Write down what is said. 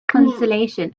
consolation